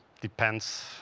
Depends